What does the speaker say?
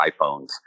iPhones